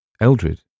Eldred